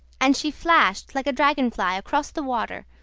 and she flashed like a dragon-fly across the water,